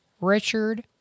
Richard